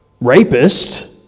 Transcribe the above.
rapist